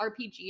RPG